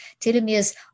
Telomeres